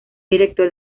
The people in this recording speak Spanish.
director